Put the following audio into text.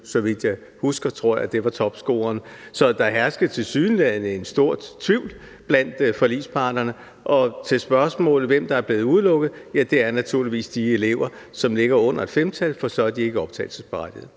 så vidt jeg husker – jeg tror, det var topscoreren. Så der herskede tilsyneladende en stor tvivl blandt forligsparterne. Og til spørgsmålet om, hvem der er blevet udelukket: Det er naturligvis de elever, som ligger under 5, for så er de ikke optagelsesberettigede.